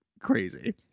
crazy